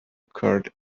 occurred